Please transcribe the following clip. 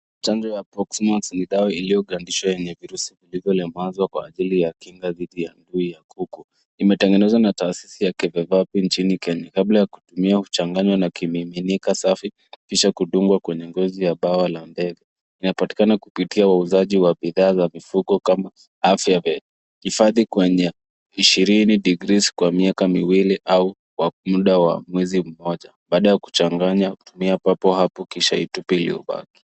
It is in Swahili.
Chanjo ya Pox Vax ni dawa iliyogandishwa yenye virusi vilivyolemazwa kwa ajili ya kinga dhidi ya ndui ya kuku. Imetengenezwa na taasisi ya Kevevapi nchini Kenya. Kabla ya kutumia huchanganywa na kimiminika safi kisha kudungwa kwenye ngozi ya bawa la ndege. Inapatikana kupitia uuzaji wa bidhaa la vifuko kama afyabet. Hifadhi kwenye ishirini degrees kwa miaka miwili au kwa muda wa mwezi mmoja baada ya kuchanganya tumia papo hapo kisha itupe iliyobaki.